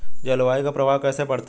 जलवायु का प्रभाव कैसे पड़ता है?